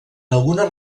algunes